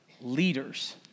leaders